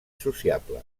sociable